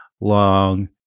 long